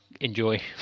enjoy